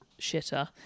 shitter